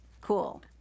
Cool